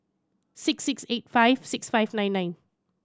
six six eight five six five nine nine